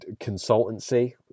consultancy